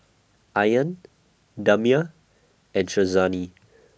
Aryan Damia and Syazwani